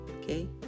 okay